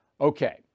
Okay